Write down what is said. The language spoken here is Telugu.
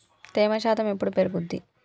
తేమ శాతం ఎప్పుడు పెరుగుద్ది?